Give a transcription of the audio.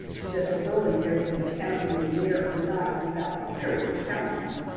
she says her early years as a mechanical engineer were not without serious challenges.